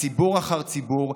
ציבור אחר ציבור.